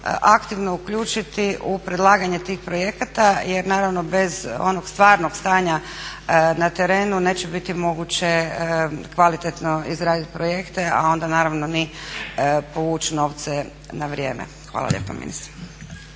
aktivno uključiti u predlaganje tih projekata jer naravno bez onog stvarnog stanja na terenu neće biti moguće kvalitetno izradit projekte, a onda naravno ni povući novce na vrijeme. Hvala lijepa ministre.